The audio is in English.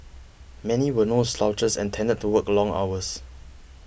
many were no slouches and tended to work long hours